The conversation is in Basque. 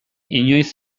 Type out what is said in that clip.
inoiz